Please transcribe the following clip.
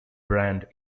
brand